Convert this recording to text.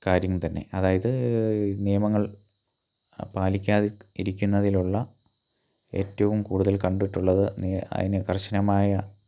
കാര്യം തന്നെ അതായത് നിയമങ്ങൾ പാലിക്കാതെ ഇരിക്കുന്നതിലുള്ള ഏറ്റവും കൂടുതൽ കണ്ടിട്ടുള്ളത് അതിന് കർശനമായ